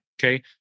Okay